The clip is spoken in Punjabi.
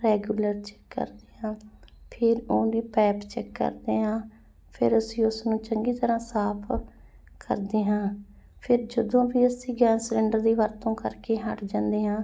ਰੈਗੁਲਰ ਚੈੱਕ ਕਰਦੇ ਹਾਂ ਫਿਰ ਉਹਦੀ ਪਾਈਪ ਚੈੱਕ ਕਰਦੇ ਹਾਂ ਫਿਰ ਅਸੀਂ ਉਸਨੂੰ ਚੰਗੀ ਤਰ੍ਹਾਂ ਸਾਫ਼ ਕਰਦੇ ਹਾਂ ਫਿਰ ਜਦੋਂ ਵੀ ਅਸੀਂ ਗੈਸ ਸਿਲੰਡਰ ਦੀ ਵਰਤੋਂ ਕਰਕੇ ਹਟ ਜਾਂਦੇ ਹਾਂ